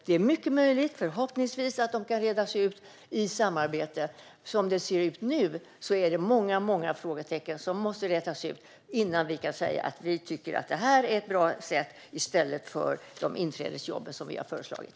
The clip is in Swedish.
Det är mycket möjligt att de kan rätas ut i samarbete, men det måste ske innan vi kan säga att vi tycker att detta är ett bra sätt i stället för de inträdesjobb som vi har föreslagit.